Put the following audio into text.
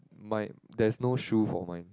my there is no shoe for my